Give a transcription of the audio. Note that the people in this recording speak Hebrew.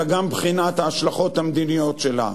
אלא מבחינת ההשלכות המדיניות שלה.